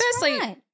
Firstly